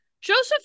Joseph